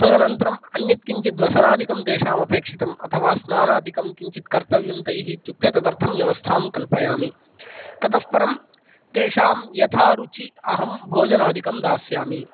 तदनन्तरम् अन्यत् किञ्चित् वसनादिकं तेषाम् अपेक्षितम् अथवा स्नानादिकं किञ्चित् कर्तव्यं तैः इत्युक्ते तदर्थं व्यवस्थां कल्पयामि ततः परं तेषां यथारुचि अहं भोजनादिकं दास्यामि